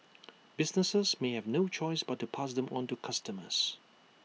businesses may have no choice but to pass them on to customers